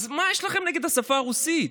אז מה יש לכם נגד השפה הרוסית?